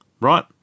right